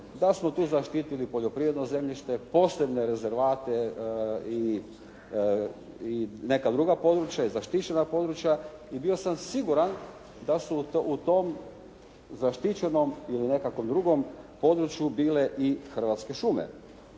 da smo tu zaštitili poljoprivredno zemljište, posebne rezervate i neka druga područja i zaštićena područja. I bio sam siguran da smo u tom zaštićenom ili nekakvom drugom području bile i Hrvatske šume.